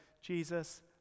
Jesus